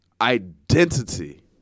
identity